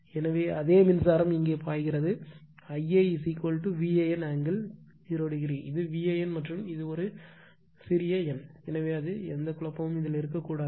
எனவே அதே மின்சாரம் இங்கே பாய்கிறது Ia VAN ஆங்கிள் 0 o இது VAN மற்றும் இது ஒரு புதிய சிறிய n எனவே அது எந்த குழப்பமாகவும் இருக்கக்கூடாது